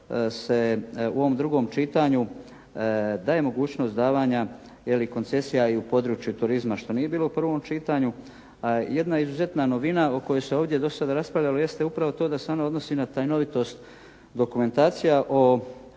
se u ovom drugom čitanju daje mogućnost davanja koncesija u području turizma što nije bilo u prvom čitanju. Jedna izuzetna novina o kojoj se ovdje dosta raspravljalo jeste upravo to da se ona odnosi na tajnovitost dokumentacija o